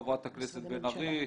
חברת הכנסת בן ארי,